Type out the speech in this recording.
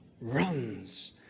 runs